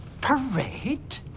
Parade